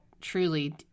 truly